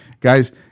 guys